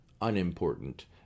unimportant